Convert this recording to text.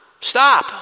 stop